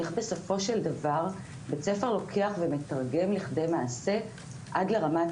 איך בסופו של דבר בית ספר לוקח ומתרגם לכדי מעשה עד לרמת